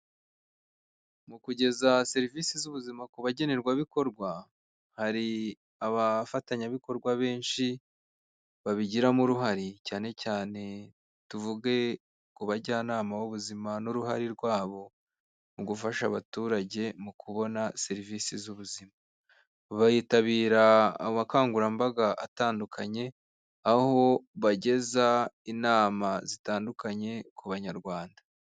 Mu kugeza serivisi z'ubuzima ku bagenerwabikorwa, hari abafatanyabikorwa benshi babigiramo uruhare cyane cyane tuvuge ku bajyanama b'ubuzima n'uruhare rwabo mu gufasha abaturage mu kubona serivisi z'ubuzima, bayitabira abukangurambaga atandukanye aho bageza inama zitandukanye ku banyarwanda.